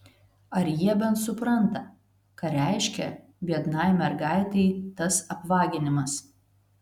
ar jie bent supranta ką reiškia biednai mergaitei tas apvaginimas